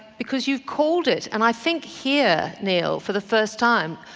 because you called it, and i think here, niall, for the first time,